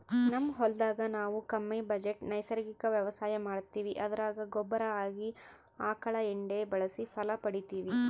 ನಮ್ ಹೊಲದಾಗ ನಾವು ಕಮ್ಮಿ ಬಜೆಟ್ ನೈಸರ್ಗಿಕ ವ್ಯವಸಾಯ ಮಾಡ್ತೀವಿ ಅದರಾಗ ಗೊಬ್ಬರ ಆಗಿ ಆಕಳ ಎಂಡೆ ಬಳಸಿ ಫಲ ಪಡಿತಿವಿ